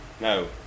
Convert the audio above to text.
no